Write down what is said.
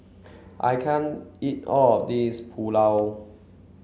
I can't eat all of this Pulao